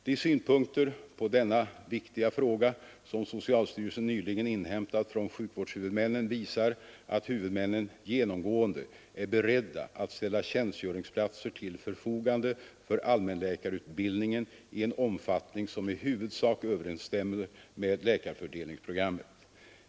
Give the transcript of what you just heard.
De synpunkter på denna viktiga fråga som socialstyrelsen nyligen inhämtat från sjukvårdshuvudmännen visar att huvudmännen genomgående är beredda att ställa tjänstgöringsplatser till förfogande för allmänläkarutbildningen i en omfattning som i huvudsak överensstämmer med läkarfördelningsprogrammet.